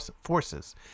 forces